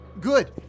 Good